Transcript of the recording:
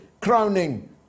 crowning